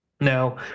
Now